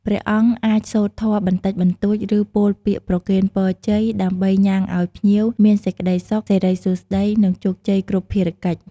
ជាអ្នកដឹកនាំខាងផ្លូវចិត្ត ជួយអប់រំ បន្ធូរនូវទុកកង្វល់ បញ្ហាផ្លូវចិត្ត ការបាក់ទឹកចិត្តជាដើម។